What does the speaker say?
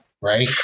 right